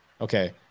Okay